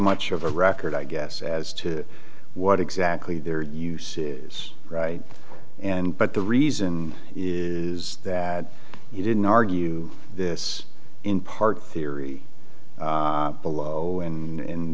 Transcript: much of a record i guess as to what exactly their use is right and but the reason is that he didn't argue this in part theory below and